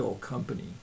company